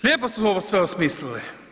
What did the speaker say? Lijepo su ovo sve osmislili.